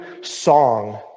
song